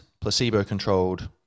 placebo-controlled